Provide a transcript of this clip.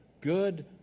Good